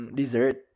dessert